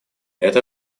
это